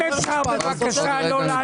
אוצר המדינה ישפה את הקרן אם הסכום יפחת.